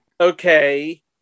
okay